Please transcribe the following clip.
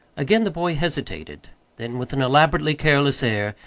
again the boy hesitated then, with an elaborately careless air,